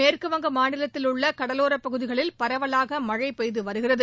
மேற்கு வங்க மாநிலத்தில் உள்ள கடலோரப் பகுதிகளில் பரவலாக மழை பெய்து வருகிறது